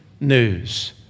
news